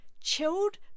chilled